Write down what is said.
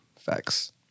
Facts